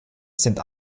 sind